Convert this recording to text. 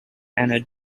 anna